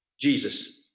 Jesus